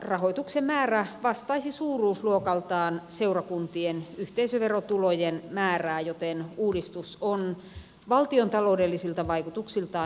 rahoituksen määrä vastaisi suuruusluokaltaan seurakuntien yhteisöverotulojen määrää joten uudistus on valtiontaloudellisilta vaikutuksiltaan neutraali